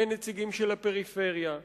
אין נציגים של הפריפריה,